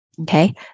Okay